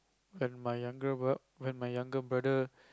when my younger br~ when my younger brother